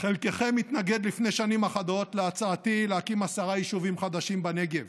חלקכם התנגדתם לפני שנים אחדות להצעתי להקים עשרה יישובים חדשים בנגב.